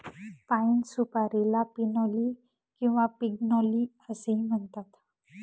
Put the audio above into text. पाइन सुपारीला पिनोली किंवा पिग्नोली असेही म्हणतात